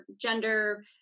gender